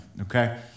okay